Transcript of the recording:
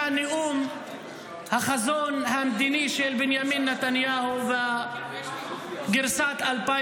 לנאום החזון המדיני של בנימין נתניהו בגרסת 2009: